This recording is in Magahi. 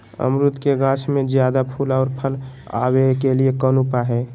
अमरूद के गाछ में ज्यादा फुल और फल आबे के लिए कौन उपाय है?